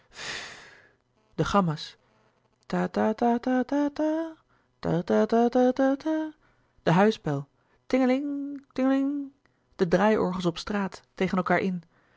de huisbel tingeling tingeling de draaiorgels op straat tegen elkaâr in